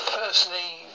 personally